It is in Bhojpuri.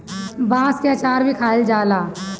बांस के अचार भी खाएल जाला